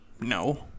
No